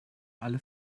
alle